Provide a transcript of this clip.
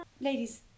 Ladies